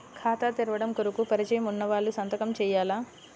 ఖాతా తెరవడం కొరకు పరిచయము వున్నవాళ్లు సంతకము చేయాలా?